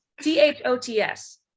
t-h-o-t-s